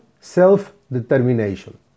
self-determination